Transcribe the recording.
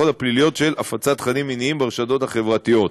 הפליליות של הפצת תכנים מיניים ברשתות החברתיות.